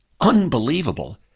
Unbelievable